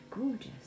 gorgeous